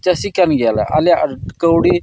ᱪᱟᱹᱥᱤ ᱠᱟᱱ ᱜᱮᱭᱟᱞᱮ ᱟᱞᱮᱭᱟᱜ ᱠᱟᱹᱣᱰᱤ